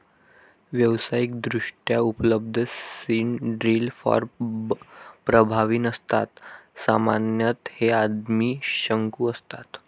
व्यावसायिकदृष्ट्या उपलब्ध seed drill फार प्रभावी नसतात सामान्यतः हे आदिम शंकू असतात